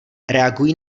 reagují